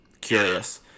curious